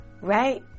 Right